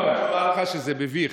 אני חייב לומר לך שזה מביך.